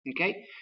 Okay